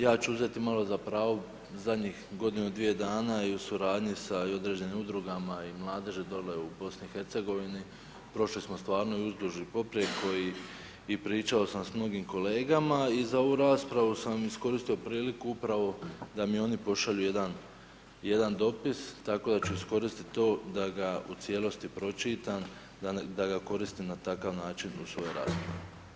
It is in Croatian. Ja ću uzeti malo za pravo, zadnjih godinu, dvije dana i u suradnji sa i određenim Udrugama, i mladeži dolje u Bosni i Hercegovini, prošli smo stvarno i uzduž i poprijeko, i pričao sam sa mnogim kolegama, i za ovu raspravu sam iskoristio priliku upravo da mi oni pošalju jedan, jedan dopis, tako da ću iskoristiti to da ga u cijelosti pročitam, da ga koristim na takav način u svojoj raspravi.